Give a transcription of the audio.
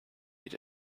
eat